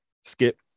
Skip